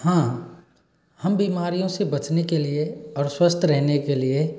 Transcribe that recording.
हाँ हम बीमारियों से बचने के लिए और स्वस्थ रहने के लिए